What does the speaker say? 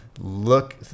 Look